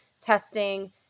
testing